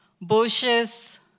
bushes